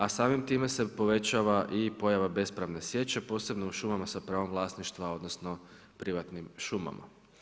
A samim time, se i poveća i pojava bespravne sječe, posebno u šumama s a pravom vlasništva, odnosno, privatnim šumama.